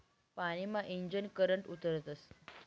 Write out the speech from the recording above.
पानी मा ईजनं करंट उतरस